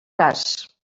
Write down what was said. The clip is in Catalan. cas